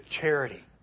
charity